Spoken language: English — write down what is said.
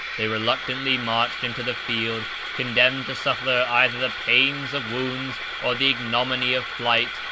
they reluctantly marched into the field condemned to suffer either the pain of wounds, or the ignominy of flight,